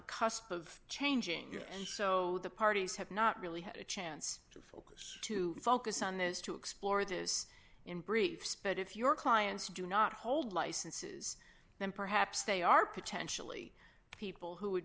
of changing and so the parties have not really had a chance to focus to focus on those to explore this in briefs but if your clients do not hold licenses then perhaps they are potentially people who would